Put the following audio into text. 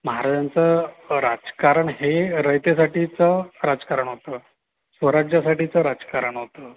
महाराजांचं राजकारण हे रयतेसाठीचं राजकारण होतं स्वराज्यासाठीचं राजकारण होतं